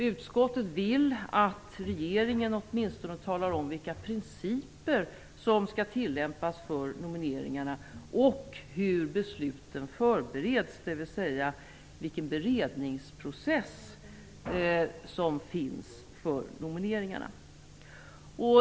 Utskottet vill att regeringen åtminstone talar om vilka principer som skall tillämpas för nomineringarna och hur besluten förbereds, dvs. vilken beredningsprocess som finns för nomineringarna.